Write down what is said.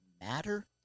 matter